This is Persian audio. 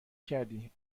کردی